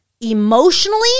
emotionally